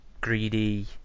greedy